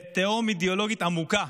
תהום אידיאולוגית עמוקה